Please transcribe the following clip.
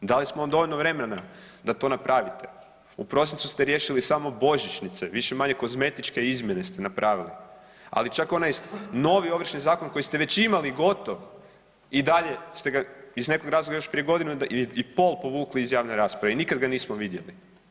Dali smo vam dovoljno vremena da to napravite u prosincu ste riješili samo božićnice, više-manje kozmetičke izmjene ste napravili, ali čak onaj novi Ovršni zakon koji ste već imali gotov i dalje ste iz nekog razloga još prije godinu i pol povukli iz javne rasprave i nikad ga nismo vidjeli.